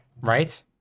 right